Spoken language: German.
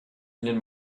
ihnen